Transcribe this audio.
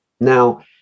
now